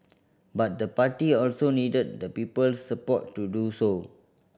but the party also needed the people's support to do so